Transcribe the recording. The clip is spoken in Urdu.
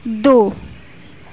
دو